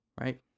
Right